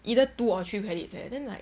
either two or three credit leh then like